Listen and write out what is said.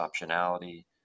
optionality